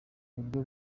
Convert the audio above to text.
buryo